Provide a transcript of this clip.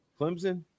Clemson